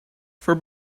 for